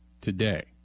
today